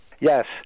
Yes